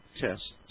tests